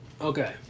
Okay